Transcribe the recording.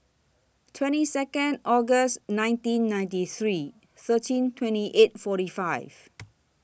twenty Second August nineteen ninety three thirteen twenty eight forty five